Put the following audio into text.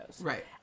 Right